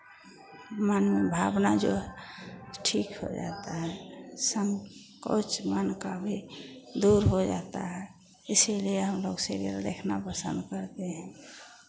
मन में भावना जो है ठीक हो जाता है संकोच मन का भी दूर हो जाता है इसीलिए हम लोग सीरियल देखना पसंद करते हैं